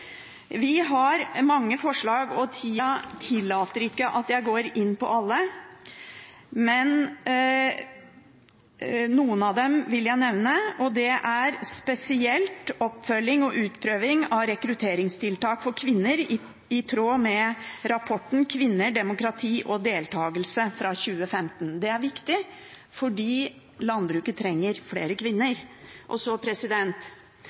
Vi har mange forslag, og tida tillater ikke at jeg går inn på alle. Men jeg vil nevne spesielt oppfølging og utprøving av rekrutteringstiltak for kvinner, i tråd med rapporten Kvinner, demokrati og deltagelse, fra 2015. Det er viktig, fordi landbruket trenger flere kvinner. SV stemmer imot dette opplegget, fordi vi mener det går i feil retning, og